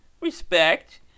Respect